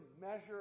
measure